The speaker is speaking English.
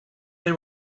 they